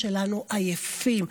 המילואימניקים שלנו עייפים.